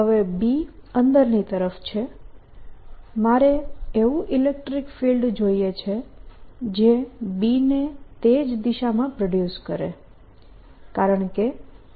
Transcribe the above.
હવે B અંદરની તરફ છે મારે એવું ઇલેક્ટ્રીક ફિલ્ડ જોઈએ છે જે B ને તે જ દિશામાં પ્રોડ્યુસ કરે કારણકે તે સમાન હોવા જોઈએ